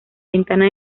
ventana